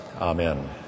Amen